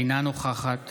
אינה נוכחת